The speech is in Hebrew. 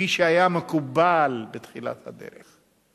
כפי שהיה מקובל בתחילת הדרך.